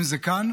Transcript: אם זה כאן,